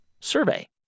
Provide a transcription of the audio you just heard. survey